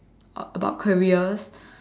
about careers